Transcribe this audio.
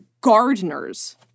gardener's